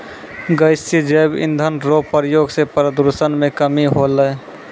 गैसीय जैव इंधन रो प्रयोग से प्रदूषण मे कमी होलै